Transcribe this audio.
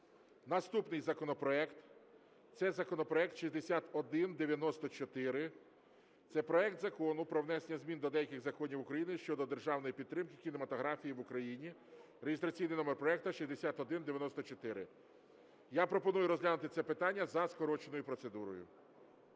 Наступний законопроект – це законопроект 6194. Це проект Закону про внесення змін до деяких законів України щодо державної підтримки кінематографії в Україні (реєстраційний номер проекту 6194). Я пропоную розглянути це питання за скороченою процедурою.